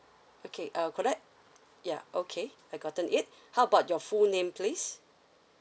okay uh could I yeah okay I gotten it how about your full name please